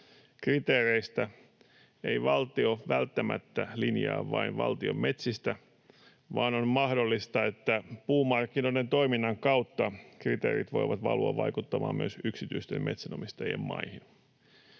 kriteereistä, ei valtio välttämättä linjaa vain valtion metsistä, vaan on mahdollista, että puumarkkinoiden toiminnan kautta kriteerit voivat valua vaikuttamaan myös yksityisten metsänomistajien maihin.